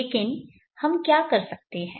लेकिन हम क्या कर सकते हैं